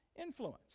influence